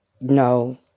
no